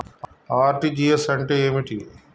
RTGS అంటే ఏమిటి?